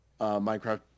Minecraft